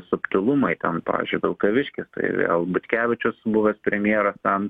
subtilumai ten pavyzdžiui vilkaviškis tai vėl butkevičius buvęs premjeras ten